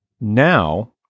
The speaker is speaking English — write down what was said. now